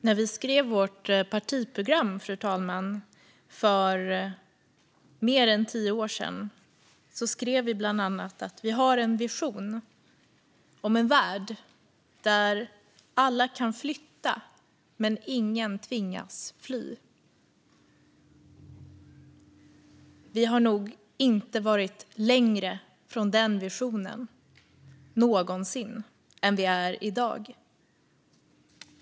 Fru talman! När vi skrev vårt partiprogram för mer än tio år sedan skrev vi bland annat att vi har en vision om en värld där alla kan flytta men ingen tvingas fly. Vi har nog aldrig någonsin varit längre från denna vision än vi är i dag.